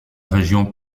région